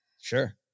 Sure